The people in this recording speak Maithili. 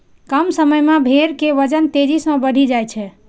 कम समय मे भेड़ के वजन तेजी सं बढ़ि जाइ छै